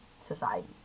society